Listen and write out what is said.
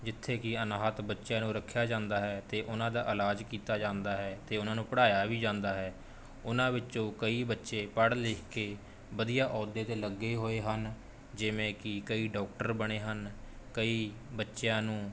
ਜਿੱਥੇ ਕਿ ਅਨਾਥ ਬੱਚਿਆਂ ਨੂੰ ਰੱਖਿਆ ਜਾਂਦਾ ਹੈ ਅਤੇ ਉਨ੍ਹਾਂ ਦਾ ਇਲਾਜ ਕੀਤਾ ਜਾਂਦਾ ਹੈ ਅਤੇ ਉਹਨਾਂ ਨੂੰ ਪੜ੍ਹਾਇਆ ਵੀ ਜਾਂਦਾ ਹੈ ਉਹਨਾਂ ਵਿੱਚੋਂ ਕਈ ਬੱਚੇ ਪੜ੍ਹ ਲਿਖ ਕੇ ਵਧੀਆ ਅਹੁਦੇ 'ਤੇ ਲੱਗੇ ਹੋਏ ਹਨ ਜਿਵੇਂ ਕਿ ਕਈ ਡਾਕਟਰ ਬਣੇ ਹਨ ਕਈ ਬੱਚਿਆਂ ਨੂੰ